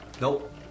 Nope